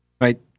right